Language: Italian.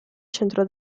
centro